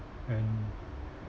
and